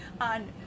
on